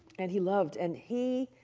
and he loved. and he,